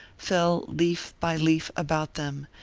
fell leaf by leaf about them,